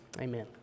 Amen